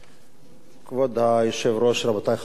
כבוד היושב-ראש, רבותי חברי הכנסת,